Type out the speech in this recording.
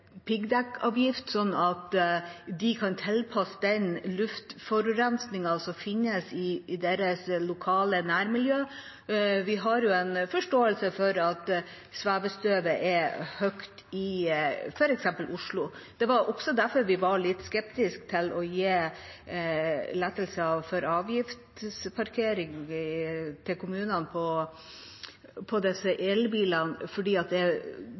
at det kan tilpasses den luftforurensningen som finnes i deres lokale nærmiljø. Vi har forståelse for at nivået på svevestøv er høyt i f.eks. Oslo. Det var også derfor vi var litt skeptiske til å gi lettelser i avgiftsparkeringen til kommunene for elbilene. Det går på svevestøv, og det går på at det kanskje er andre ting som miljømessig er